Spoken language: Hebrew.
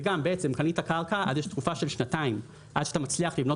וגם אם קנית קרקע אז יש תקופה של שנתיים עד שאתה מצליח לבנות